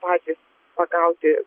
patys pagauti